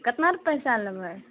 केतना पैसा लेबय